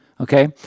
Okay